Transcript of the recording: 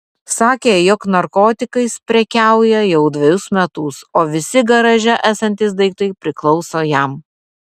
sakė jog narkotikais prekiauja jau dvejus metus o visi garaže esantys daiktai priklauso jam